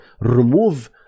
remove